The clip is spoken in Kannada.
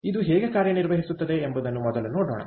ಆದ್ದರಿಂದ ಇದು ಹೇಗೆ ಕಾರ್ಯನಿರ್ವಹಿಸುತ್ತದೆ ಎಂಬುದನ್ನು ಮೊದಲು ನೋಡೋಣ